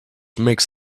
makes